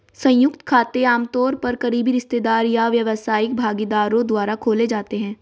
संयुक्त खाते आमतौर पर करीबी रिश्तेदार या व्यावसायिक भागीदारों द्वारा खोले जाते हैं